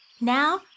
Now